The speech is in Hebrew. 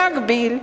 במקביל,